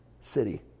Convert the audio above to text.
city